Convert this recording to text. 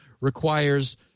requires